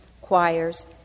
choirs